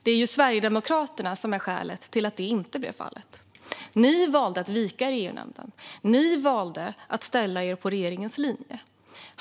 Det är Sverigedemokraterna som är skälet till att det inte blev fallet. Ni valde att vika er i EU-nämnden, Markus Wiechel; ni valde att gå på regeringens linje.